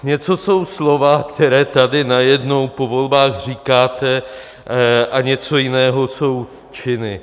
Něco jsou slova, která tady najednou po volbách říkáte, a něco jiného jsou činy.